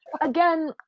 again